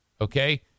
Okay